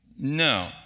No